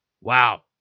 wow